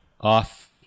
off